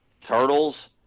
turtles